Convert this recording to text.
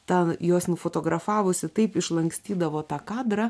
tą juos nufotografavusi taip išlankstydavo tą kadrą